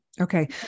Okay